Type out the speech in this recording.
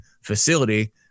facility